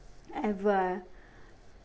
ever